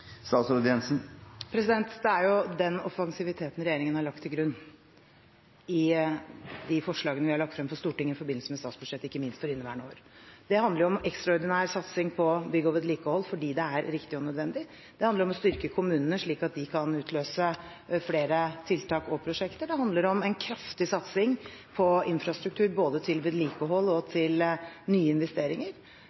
Det er jo den offensiviteten regjeringen har lagt til grunn i forslagene vi har lagt frem for Stortinget i forbindelse med statsbudsjettet ikke minst for inneværende år. Det handler om ekstraordinær satsing på bygg og vedlikehold fordi det er riktig og nødvendig. Det handler om å styrke kommunene slik at de kan utløse flere tiltak og prosjekter. Det handler om en kraftig satsing på infrastruktur både til vedlikehold og